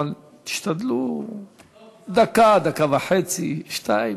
אבל תשתדלו דקה, דקה וחצי, שתיים.